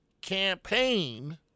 campaign